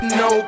no